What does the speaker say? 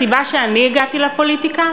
הסיבה שאני הגעתי לפוליטיקה